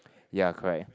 ya correct